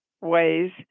ways